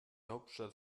hauptstadt